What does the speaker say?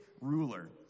ruler